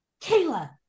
Kayla